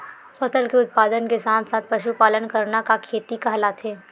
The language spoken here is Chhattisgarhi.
फसल के उत्पादन के साथ साथ पशुपालन करना का खेती कहलाथे?